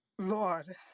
Lord